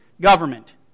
government